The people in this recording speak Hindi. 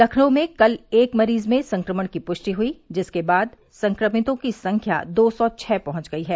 लखनऊ में कल एक मरीज में संक्रमण की पुष्टि हुई जिसके बाद संक्रमितों की संख्या दो सौ छः पहुंच गई है